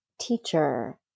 teacher